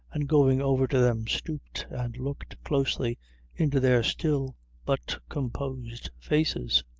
and going over to them, stooped and looked closely into their still but composed faces,